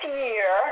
year